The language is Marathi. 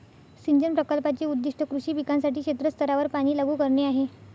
सिंचन प्रकल्पाचे उद्दीष्ट कृषी पिकांसाठी क्षेत्र स्तरावर पाणी लागू करणे आहे